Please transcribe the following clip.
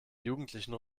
jugendlichen